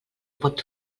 pot